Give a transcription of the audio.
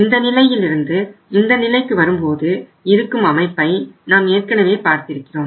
இந்த நிலையிலிருந்து இந்த நிலைக்கு வரும்போது இருக்கும் அமைப்பை நாம் ஏற்கனவே பார்த்திருக்கிறோம்